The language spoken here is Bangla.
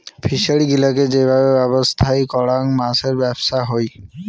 ফিসারী গিলাকে যে ভাবে ব্যবছস্থাই করাং মাছের ব্যবছা হই